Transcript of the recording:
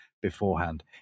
Beforehand